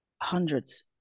hundreds